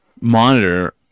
monitor